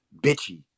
bitchy